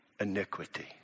iniquity